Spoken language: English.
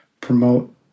promote